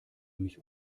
mich